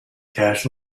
cash